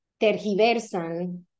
tergiversan